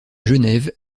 genève